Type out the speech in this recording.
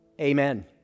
Amen